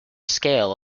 scale